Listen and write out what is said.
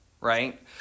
right